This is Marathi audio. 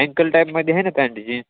अँकल टाईपमध्ये आहे ना पँट जीन